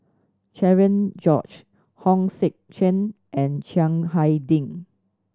Cherian George Hong Sek Chern and Chiang Hai Ding